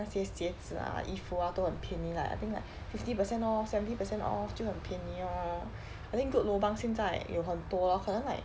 那些鞋子 ah 衣服 ah 都很便宜 like I think like fifty percent off seventy percent off 就很便宜 lor I think good lobang 现在有很多可能 like